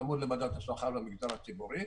צמוד למדד השכר במגזר הציבורי,